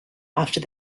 after